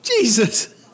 Jesus